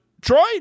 Troy